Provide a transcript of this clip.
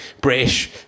British